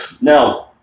No